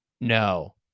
No